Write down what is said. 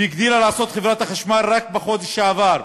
הגדילה לעשות חברת חשמל, רק בחודש שעבר,